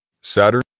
Saturn